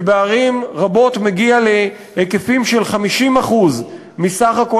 שבערים רבות מגיע להיקפים של 50% מסך כל